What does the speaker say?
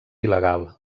il·legal